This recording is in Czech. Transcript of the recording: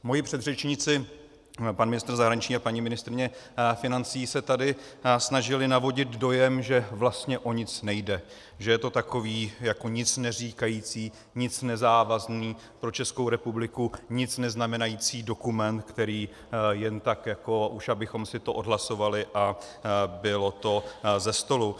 Moji předřečníci, pan ministr zahraničí a paní ministryně financí, se tady snažili navodit dojem, že vlastně o nic nejde, že je to takový nicneříkající, nezávazný, pro Českou republiku nic neznamenající dokument, který jen tak jako už abychom si to odhlasovali a bylo to ze stolu.